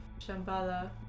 Shambhala